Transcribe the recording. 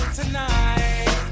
tonight